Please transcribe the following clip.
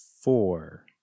Four